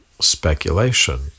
speculation